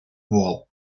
wall